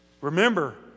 Remember